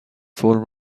فرم